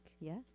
Yes